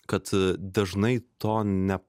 kad dažnai to ne